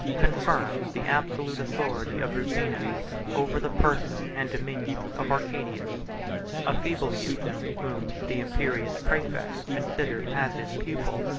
confirmed the absolute authority of rufinus over the person and dominions of arcadius a feeble youth, whom the imperious praefect considered as his pupil,